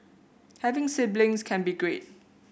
having siblings can be great